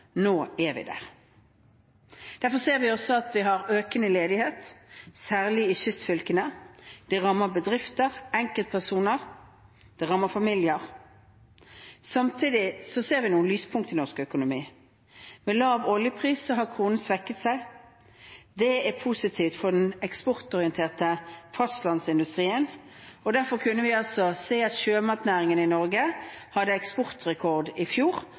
Nå er vi der. Derfor ser vi også at vi har økende ledighet, særlig i kystfylkene. Det rammer bedrifter, det rammer enkeltpersoner, og det rammer familier. Samtidig ser vi noen lyspunkt i norsk økonomi – med lav oljepris har kronen svekket seg. Det er positivt for den eksportorienterte fastlandsindustrien. Derfor kunne vi se at sjømatnæringen i Norge hadde eksportrekord i fjor,